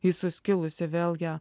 ji suskilusi vėl ją